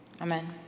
Amen